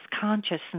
consciousness